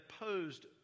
opposed